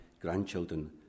grandchildren